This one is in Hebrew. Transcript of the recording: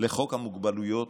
לחוק המוגבלויות,